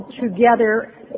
Together